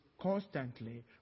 constantly